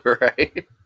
Right